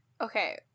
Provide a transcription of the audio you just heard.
Okay